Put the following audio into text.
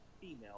female